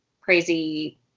crazy